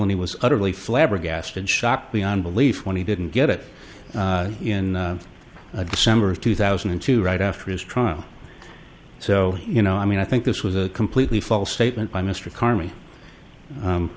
and he was utterly flabbergasted shocked beyond belief when he didn't get it in december of two thousand and two right after his trial so you know i mean i think this was a completely false statement by mr car